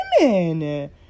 women